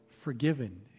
forgiven